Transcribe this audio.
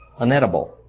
unedible